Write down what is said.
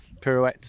pirouette